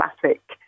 classic